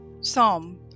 Psalm